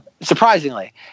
Surprisingly